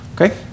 okay